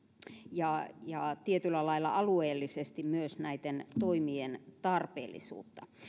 ja ja tietyllä lailla myös alueellisesti näiden toimien tarpeellisuutta